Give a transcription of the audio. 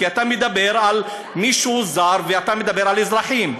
כי אתה מדבר על מישהו זר ואתה מדבר על אזרחים.